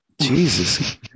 Jesus